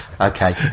okay